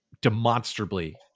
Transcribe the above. demonstrably